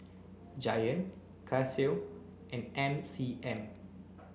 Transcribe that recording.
Giant Casio and M C M